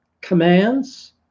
commands